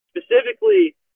specifically